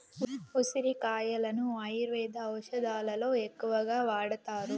ఉసిరి కాయలను ఆయుర్వేద ఔషదాలలో ఎక్కువగా వాడతారు